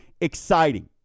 exciting